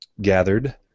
gathered